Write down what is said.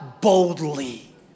boldly